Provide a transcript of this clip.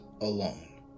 alone